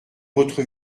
votre